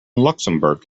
luxembourg